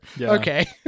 okay